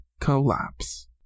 collapse